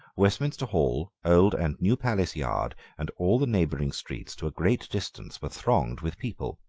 westminster hall, old and new palace yard, and all the neighbouring streets to a great distance were thronged with people.